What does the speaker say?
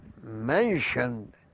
mentioned